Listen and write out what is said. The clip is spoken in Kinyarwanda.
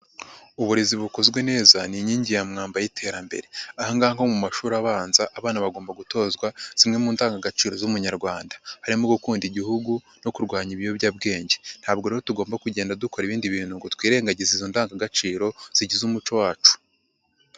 Uburezi bukozwe neza ni inkingi ya mwamba y'iterambere, ahangaho mu mashuri abanza abana bagomba gutozwa zimwe mu ndangagaciro z'Umunyarwanda harimo gukunda Igihugu no kurwanya ibiyobyabwenge, ntabwo rero tugomba kugenda dukora ibindi bintu ngo twirengagize izo ndangagaciro zigize umuco wacu.